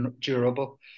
durable